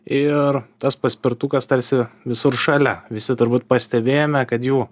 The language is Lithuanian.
ir tas paspirtukas tarsi visur šalia visi turbūt pastebėjome kad jų